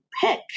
pick